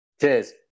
Cheers